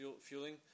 fueling